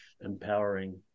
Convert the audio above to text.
empowering